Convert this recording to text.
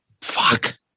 Fuck